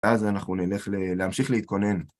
ואז אנחנו נלך להמשיך להתכונן.